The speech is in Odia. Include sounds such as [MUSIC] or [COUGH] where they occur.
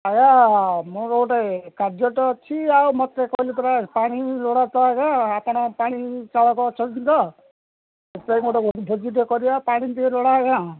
ଆଜ୍ଞା ମୋର ଗୋଟେ କାର୍ଯ୍ୟଟେ ଅଛି ଆଉ ମୋତେ କହିଲି ପରା ପାଣି ଲୋଡ୍ଟା ତ ଆଜ୍ଞା ଆପଣ ପାଣି ଚାଳକ ଅଛନ୍ତି ତ ସେଥିପାଇଁ ଗୋଟେ ଭୋଜି ଟିକେ କରିବା ପାଣି ଟିକିଏ [UNINTELLIGIBLE] ଆଜ୍ଞା